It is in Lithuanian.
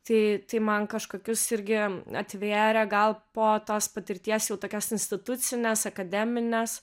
tai tai man kažkokius irgi atvėrė gal po tos patirties jau tokios institucinės akademinės